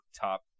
top